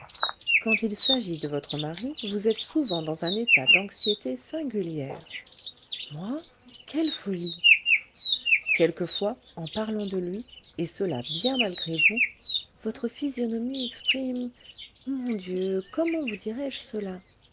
quand il s'agit de votre mari vous êtes souvent dans un état d'anxiété singulière moi quelle folie quelquefois en parlant de lui et cela bien malgré vous votre physionomie exprime mon dieu comment vous dirai-je cela